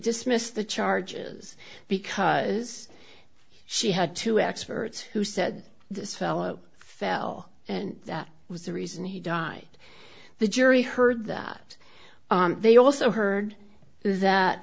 dismissed the charges because she had two experts who said this fellow fell and that was the reason he died the jury heard that they also heard that